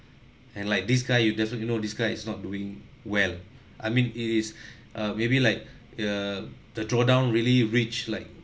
and like this guy you definite you know this guy is not doing well I mean it is uh maybe like uh the draw down really reach like